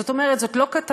זאת אומרת זאת לא כתבה,